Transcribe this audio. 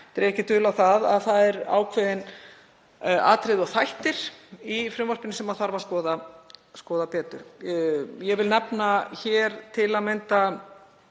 dreg ekki dul á að það eru ákveðin atriði og þættir í frumvarpinu sem þarf að skoða betur. Ég vil nefna til að mynda